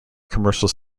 commercial